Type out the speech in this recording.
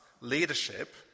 leadership